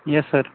yes sir